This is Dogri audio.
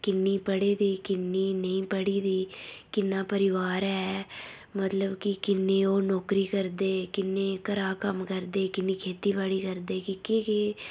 किन्नी पढ़ी दी किन्नी नेईं पढ़ी दी किन्ना परिवार ऐ मतलब कि किन्नी ओह् नौकरी करदे किन्ने घरै दा कम्म करदे किन्नी खेतीबाड़ी करदे कि केह् केह्